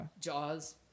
Jaws